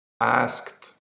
asked